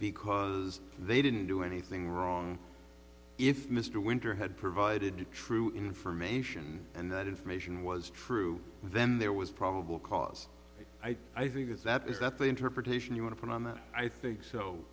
because they didn't do anything wrong if mr winter had provided true information and that information was true then there was probable cause i think that is that the interpretation you want to put on that i think so